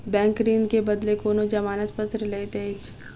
bank ऋण के बदले कोनो जमानत पत्र लैत अछि